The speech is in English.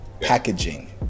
packaging